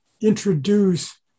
introduce